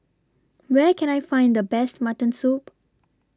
Where Can I Find The Best Mutton Soup